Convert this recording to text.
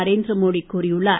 நரேந்திரமோடி கூறியுள்ளார்